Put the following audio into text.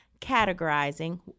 categorizing